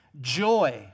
joy